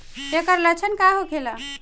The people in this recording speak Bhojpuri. ऐकर लक्षण का होखेला?